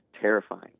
terrifying